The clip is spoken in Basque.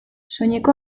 soineko